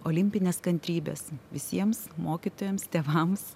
olimpinės kantrybės visiems mokytojams tėvams